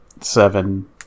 seven